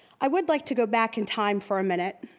i would like to go back in time for a minute.